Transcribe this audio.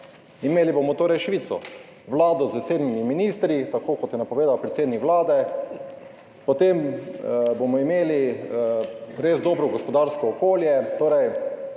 Imeli bomo torej Švico – Vlado s sedmimi ministri, kot je napovedal predsednik Vlade, potem bomo imeli res dobro gospodarsko okolje, torej